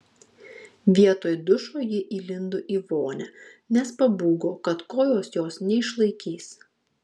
vietoj dušo ji įlindo į vonią nes pabūgo kad kojos jos neišlaikys